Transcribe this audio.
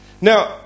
Now